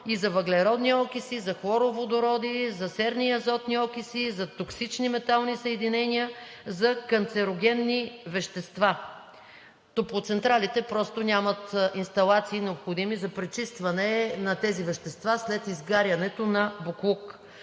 и за въглеродни окиси, и за хлороводороди, за серни и азотни окиси, за токсични метални съединения, за канцерогенни вещества. Топлоцентралите просто нямат инсталации, необходими за пречистване на тези вещества след изгарянето на боклук.